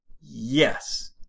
Yes